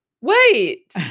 wait